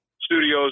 studios